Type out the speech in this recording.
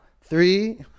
three